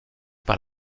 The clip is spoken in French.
par